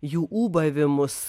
jų ūbavimus